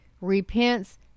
repents